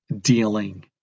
dealing